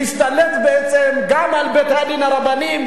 להשתלט גם על בית-הדין הרבני,